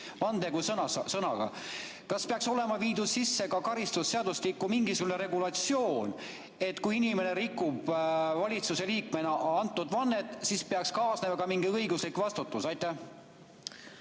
vande kui sõnaga. Kas peaks olema viidud sisse karistusseadustikku mingisugune regulatsioon, et kui inimene rikub valitsusliikmena antud vannet, siis kaasneks mingi õiguslik vastutus? Aitäh,